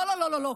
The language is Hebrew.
לא לא לא לא לא.